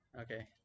Okay